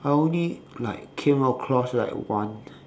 I only like came across like one